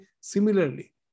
similarly